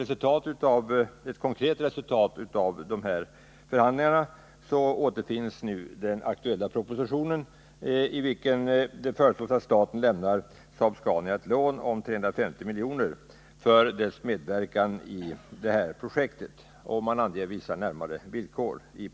Såsom ett konkret resultat av dessa förhandlingar återfinns nu den aktuella propositionen, i vilken föreslås att staten lämnar Saab-Scania ett lån på 350 milj.kr. för företagets medverkan i detta projekt. I propositionen anges vissa närmare villkor.